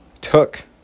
took